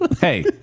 Hey